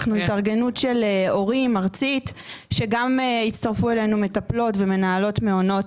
אנחנו התארגנות של הורים ארצית שגם הצטרפו אלינו מטפלות ומנהלות מעונות.